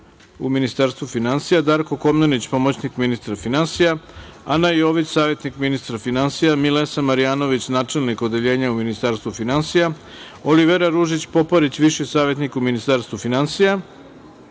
u Ministarstvu finansija, Darko Komnenić, pomoćnik ministra finansija, Ana Jović, savetnik ministra finansija, Milesa Marjanović, načelnik odeljenja u Ministarstvu finansija, Olivera Ružić Poparić, viši savetnik u Ministarstvu finansija